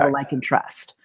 um like and trust.